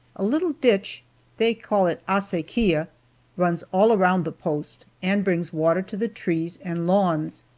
a little ditch they call it acequia runs all around the post, and brings water to the trees and lawns,